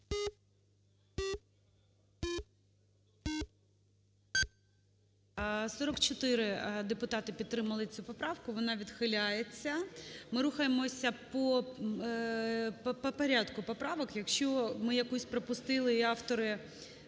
44 депутати підтримали цю поправку. Вона відхиляється. Ми рухаємося по порядку поправок. Якщо ми якусь пропустили і автори